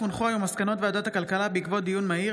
מסקנות ועדת הכלכלה בעקבות דיון מהיר